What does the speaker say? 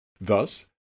Thus